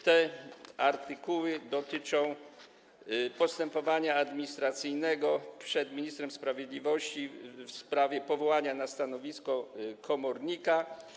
Te artykuły dotyczą postępowania administracyjnego przed ministrem sprawiedliwości w sprawie powołania na stanowisko komornika.